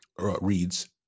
reads